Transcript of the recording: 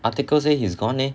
article say he's gone leh